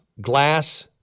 glass